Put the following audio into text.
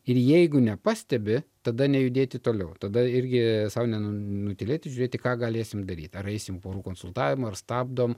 ir jeigu nepastebi tada nejudėti toliau tada irgi sau nenutylėti žiūrėti ką galėsim daryti ar eisime porų konsultavimo ar stabdom